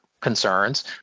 concerns